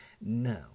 No